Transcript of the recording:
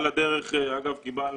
אגב,